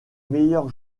meilleurs